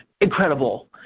incredible